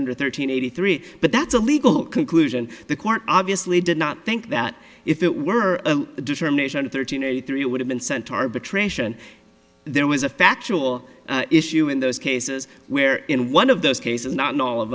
under thirteen eighty three but that's a legal conclusion the court obviously did not think that if it were a determination of thirteen eighty three it would have been sent to arbitration there was a factual issue in those cases where in one of those cases not know all of